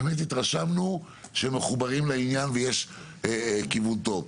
ובאמת התרשמנו שהם מחוברים לעניין ויש כיוון טוב.